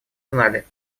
знали